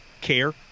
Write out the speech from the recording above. care